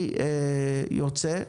אני יוצא.